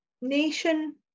nation